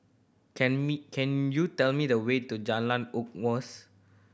can me can you tell me the way to Jalan Unggas